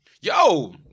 Yo